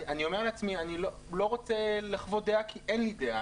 אני אומר לעצמי שאני לא רוצה לחוות דעה כי אין לי דעה.